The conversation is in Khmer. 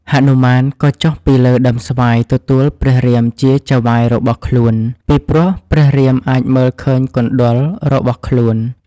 ហនុមានក៏ចុះពីលើ ដើមស្វាយទទួលព្រះរាមជាចៅហ្វាយរបស់ខ្លួន ពីព្រោះព្រះរាមអាចមើលឃើញកុណ្ឌលរបស់ ខ្លួន។